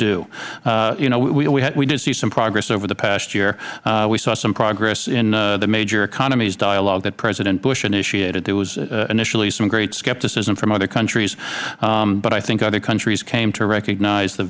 do you know we did see some progress over the past year we saw some progress in the major economies dialogue that president bush initiated there was initially some great skepticism from other countries but i think other countries came to recognize the